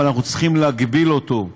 אבל אנחנו צריכים להגביל אותו,